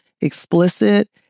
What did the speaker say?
explicit